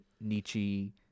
Nietzsche